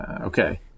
okay